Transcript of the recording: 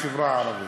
החברה הערבית.